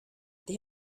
they